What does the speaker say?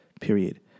Period